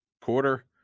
quarter